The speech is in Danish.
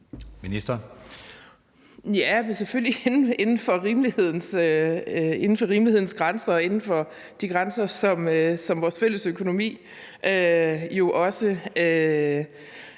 Ja, men selvfølgelig inden for rimelighedens grænser og inden for de grænser, som vores fælles økonomi jo også